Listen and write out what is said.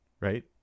right